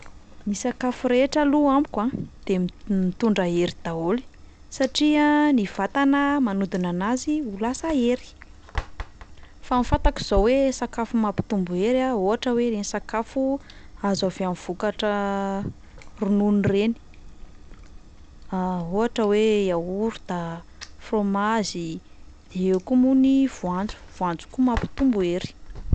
Ny salafo rehetra aloha amiko a de m- mitondra hery daholo satria ny vatana manodina anazy ho lasa hery, fa ny fantako izao hoe sakafo mampitombo hery a, ohatra hoe ireny sakafo azo avy amin'ny vokatra ronono ireny ohatra hoe yaourt a, frômazy, de eo koa moa ny voanjo, voanjo koa mampitombo hery.